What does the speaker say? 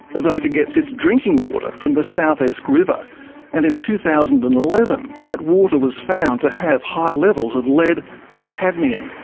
avoca gets its drinking water from the south esk river and in two thousand and eleven that water was found to have high levels of lead and cadmium.